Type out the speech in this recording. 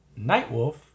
Nightwolf